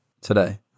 Today